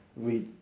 with